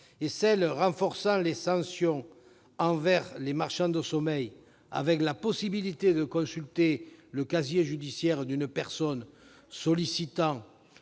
ou à renforcer les sanctions contre les « marchands de sommeil », avec la possibilité de consulter le casier judiciaire d'une personne sollicitant